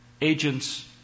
agents